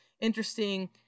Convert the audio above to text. interesting